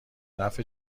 نفع